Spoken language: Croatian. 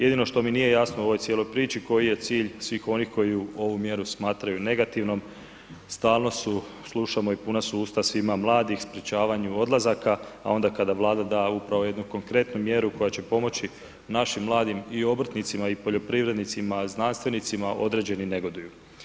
Jedino što mi nije jasno u ovoj cijeloj priči koji je cilj svih onih koji ovu mjeru smatraju negativnom, stalno su, slušamo i puna su usta svima mladih, sprečavanju odlazaka, a onda kada Vlada da ovu upravo jednu konkretnu mjeru koja će pomoći našim mladim i obrtnicima i poljoprivrednicima, znanstvenicima, određeni negoduju.